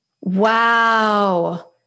Wow